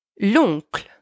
L'oncle